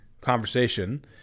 conversation